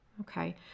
Okay